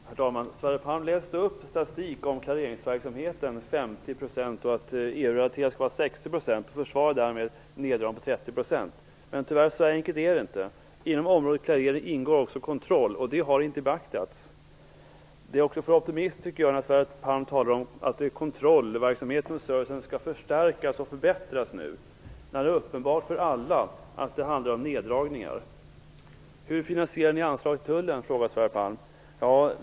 Herr talman! Sverre Palm läste upp statistik om klareringsverksamheten. Den skulle utgöra 50 % av EU-relaterad. Därmed försvarade han neddragningen med 30 %. Men tyvärr är det inte så enkelt. I området "klarerade" ingår också kontroll, och det har inte beaktats. Det är också för optimistiskt av Sverre Palm att tala om att kontrollverksamheten och servicen nu skall förstärkas och förbättras. Det är uppenbart för alla att det handlar om neddragningar. Hur finansierar ni höjningen av anslaget till tullen, frågade Sverre Palm.